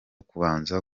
kubanza